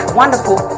wonderful